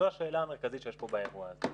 זו השאלה המרכזית שיש פה באירוע הזה.